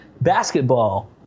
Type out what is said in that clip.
basketball